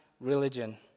religion